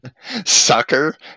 Sucker